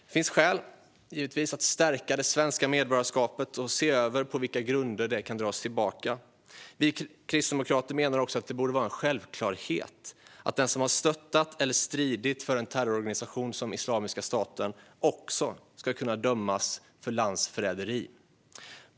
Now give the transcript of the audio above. Det finns givetvis skäl att stärka det svenska medborgarskapet och se över på vilka grunder det kan dras tillbaka. Vi kristdemokrater menar också att det borde vara en självklarhet att den som har stöttat eller stridit för en terrororganisation som Islamiska staten också ska kunna dömas för landsförräderi.